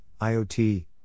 IoT